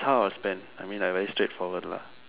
how I spend I mean like very straight forward lah